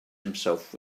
himself